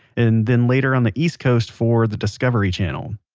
and then later on the east coast for the discovery channel.